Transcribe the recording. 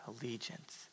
allegiance